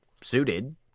suited